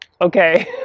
okay